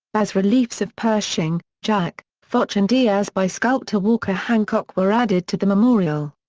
bas-reliefs of pershing, jacques, foch and diaz by sculptor walker hancock were added to the memorial.